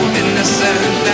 innocent